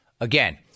Again